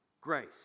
Grace